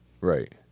Right